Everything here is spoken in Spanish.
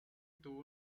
tuvo